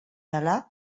allah